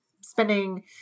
spending